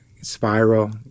Spiral